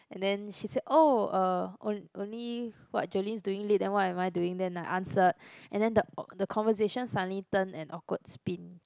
and then she said oh uh on~ only what Jolene's doing lit then what am I doing then I answered and then the awk~ the conversation suddenly turned an awkward spin